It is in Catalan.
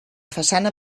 façana